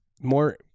more